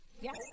Yes